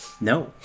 No